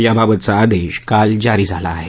याबाबतचा आदेश काल जारी झाला आहे